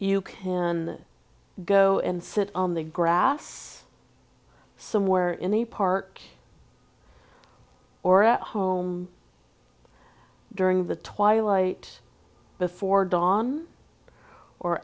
you can go and sit on the grass somewhere in the park or at home during the twilight before dawn or